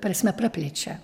prasme praplečia